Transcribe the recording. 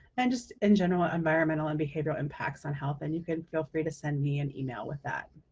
and just, in general, environmental and behavioral impacts on health, and you can feel free to send me an email with that.